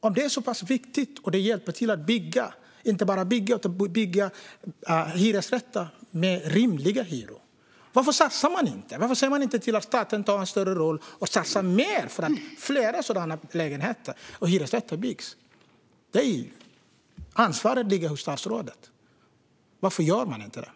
Om det nu är så viktigt och hjälper till i byggandet av hyresrätter till rimliga hyror - varför satsar man inte? Varför ser man inte till att staten tar en större roll och satsar mer för att fler hyreslägenheter byggs? Ansvaret ligger hos statsrådet. Varför gör han inte detta?